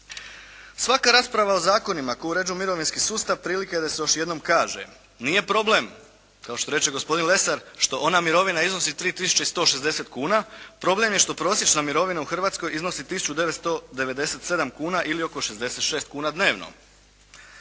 Svaka rasprava o zakonima koji uređuju mirovinski sustav prilika je da se još jednom kaže, nije problem kao što reče gospodin Lesar što ona mirovina iznosi 3 tisuće i 160 kuna, problem je što prosječna mirovina u Hrvatskoj iznosi tisuću 997 kuna ili oko 66 kuna dnevno.